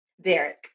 Derek